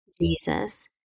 Jesus